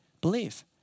believe